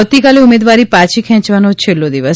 આવતીકાલે ઉમેદવારી પાછી ખેંચવાનો છેલ્લો દિવસ